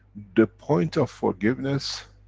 the point of forgiveness,